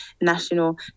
National